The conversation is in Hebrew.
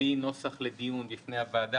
הביא נוסח לדיון בפני הוועדה,